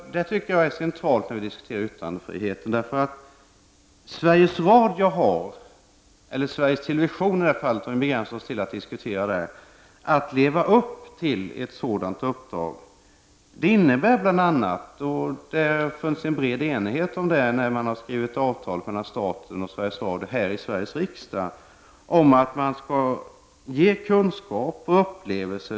Detta tycker jag är centralt när vi diskuterar yttrandefriheten. Sveriges Radio — eller Sveriges Television, om vi begränsar oss till att diskutera den delen av verksamheten — har att leva upp till ett sådant uppdrag. Det innebär bl.a. — och det har funnits en bred enighet om detta när man skrivit avtal mellan staten och Sveriges Radio här i Sveriges riksdag — att man skall ge kunskap och upplevelser.